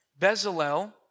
Bezalel